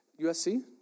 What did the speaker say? USC